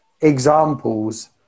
examples